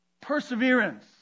perseverance